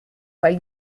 where